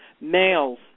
males